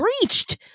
breached